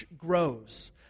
grows